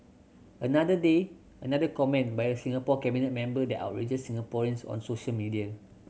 another day another comment by a Singapore cabinet member that outrages Singaporeans on social media